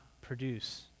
produce